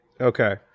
Okay